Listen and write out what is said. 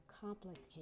complicated